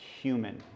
human